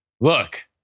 look